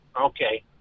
Okay